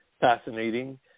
Fascinating